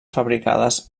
fabricades